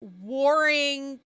warring